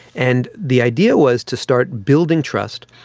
and the idea was to start building trust,